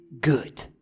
good